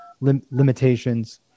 Limitations